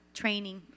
training